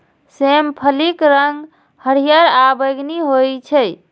सेम फलीक रंग हरियर आ बैंगनी होइ छै